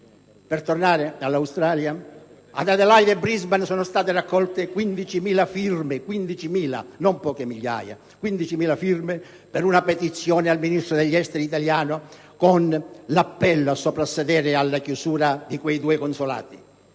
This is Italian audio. Per tornare all'Australia, ad Adelaide e Brisbane sono state raccolte 15.000 firme - non poche centinaia - per una petizione al Ministro degli affari esteri italiano, con l'appello a soprassedere alla chiusura di quei due consolati.